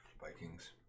Vikings